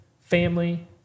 family